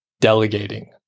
delegating